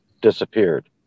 disappeared